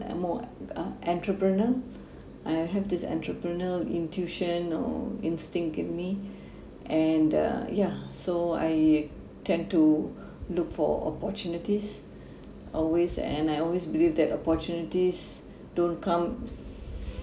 and more like a entrepreneur I have this entrepreneurial in tuition or instinct gave me and uh yeah so I tend to look for opportunities always and I always believe that opportunities don't comes